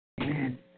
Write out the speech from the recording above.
amen